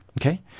okay